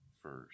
first